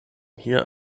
hier